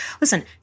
listen